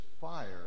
fire